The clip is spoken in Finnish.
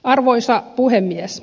arvoisa puhemies